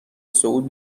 صعود